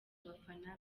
abafana